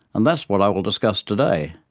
and that's what i will discuss today.